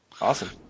Awesome